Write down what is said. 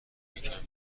یکم